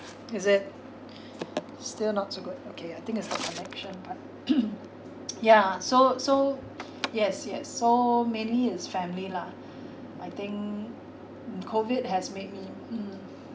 is it still not so good okay I think it's the connection but yeah so so yes yes so mainly is family lah I think COVID has made me mm